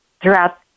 throughout